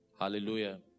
Hallelujah